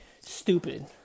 stupid